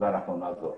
ואנחנו נעזור.